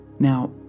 Now